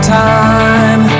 time